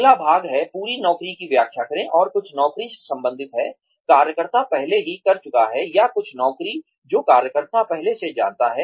अगला भाग है पूरी नौकरी की व्याख्या करें और कुछ नौकरी से संबंधित है कार्यकर्ता पहले ही कर चुका है या कुछ नौकरी जो कार्यकर्ता पहले से जानता है